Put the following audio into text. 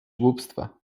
głupstwa